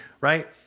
right